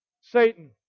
Satan